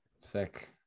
Sick